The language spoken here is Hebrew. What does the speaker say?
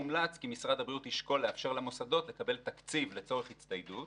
מומלץ כי משרד הבריאות ישקול לאפשר למוסדות לקבל תקציב לצורך הצטיידות,